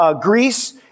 Greece